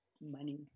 money